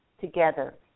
together